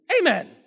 Amen